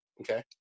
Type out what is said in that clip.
Okay